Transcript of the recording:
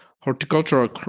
horticultural